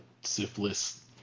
syphilis